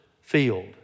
field